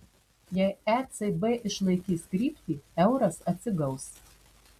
jei ecb išlaikys kryptį euras atsigaus